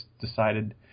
decided